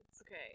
Okay